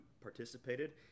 participated